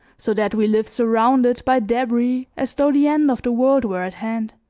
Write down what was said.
so that we live surrounded by debris as though the end of the world were at hand.